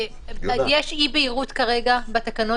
יש אי בהירות כרגע בתקנות.